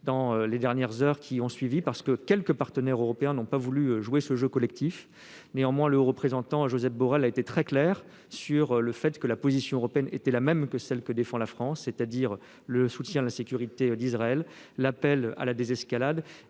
ces dernières heures. En effet, quelques partenaires européens n'ont pas voulu jouer ce jeu collectif. Néanmoins, le haut représentant Josep Borrell a été très clair sur le fait que la position européenne était la même que celle que défend la France, c'est-à-dire le soutien à la sécurité d'Israël, l'appel à la désescalade